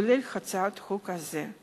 כולל הצעת חוק זו.